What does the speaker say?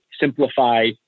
simplify